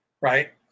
Right